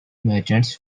merchants